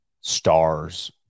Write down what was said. stars